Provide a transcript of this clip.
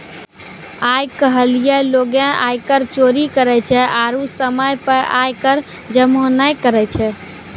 आइ काल्हि लोगें आयकर चोरी करै छै आरु समय पे आय कर जमो नै करै छै